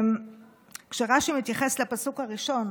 כשרש"י מתייחס לפסוק הראשון